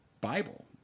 bible